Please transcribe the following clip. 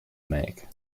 make